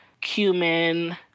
cumin